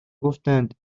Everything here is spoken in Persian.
گفتند